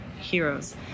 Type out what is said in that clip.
heroes